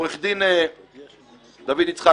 עורך דין דוד יצחק,